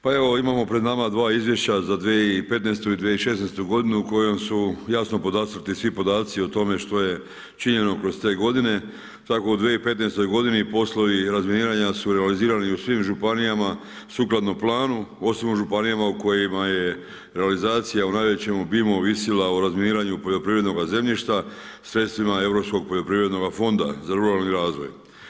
Pa evo, imamo pred nama 2 izvješća za 2015. i 2016. g. u kojem su jasno podcrtani svi podaci o tome što je činjeno kroz te godine tako u 2015. g. poslovi razminiravanja su realizirani u svim županijama, sukladno planu osim u županijama u kojima je realizacija u najvećem obimu ovisila o razminiravanju poljoprivrednoga zemljišta sredstva Europskog poljoprivrednoga fonda za ruralni razvoj.